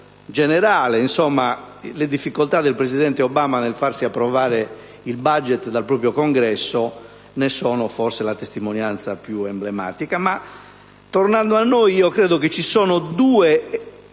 generale: le difficoltà del presidente Obama nel far approvare il *budget* dal proprio Congresso sono forse la testimonianza più emblematica